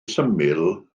syml